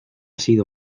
sido